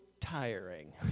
tiring